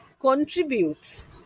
contributes